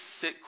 sit